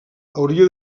hauria